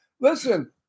Listen